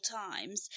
times